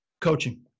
Coaching